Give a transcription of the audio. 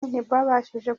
ntibabashije